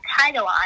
title